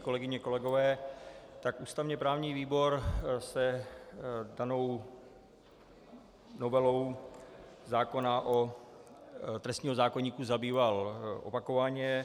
Kolegyně, kolegové, ústavněprávní výbor se danou novelou zákona, trestního zákoníku, zabýval opakovaně.